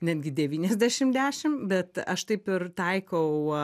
netgi devyniasdešim dešim bet aš taip ir taikau